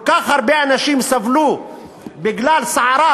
כל כך הרבה אנשים סבלו בגלל סערה,